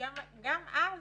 גם אז